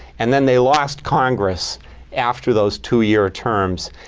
and then they lost congress after those two year terms.